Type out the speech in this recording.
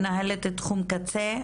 מנהלת תחום קצה,